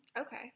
Okay